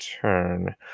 turn